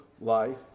life